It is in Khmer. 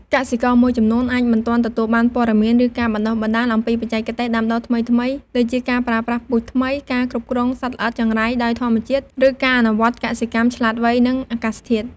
កសិករមួយចំនួនអាចមិនទាន់ទទួលបានព័ត៌មាន ឬការបណ្ដុះបណ្ដាលអំពីបច្ចេកទេសដាំដុះថ្មីៗ ដូចជាការប្រើប្រាស់ពូជថ្មី ការគ្រប់គ្រងសត្វល្អិតចង្រៃដោយធម្មជាតិ ឬការអនុវត្តកសិកម្មឆ្លាតវៃនឹងអាកាសធាតុ។